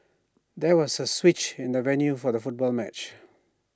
there was A switch in the venue for the football match